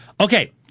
Okay